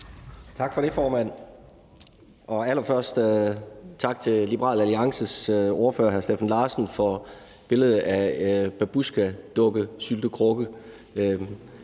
Tak for det, formand, og allerførst tak til Liberal Alliances ordfører, hr. Steffen Larsen, for billedet af babusjkadukkesyltekrukken. Det synes